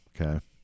okay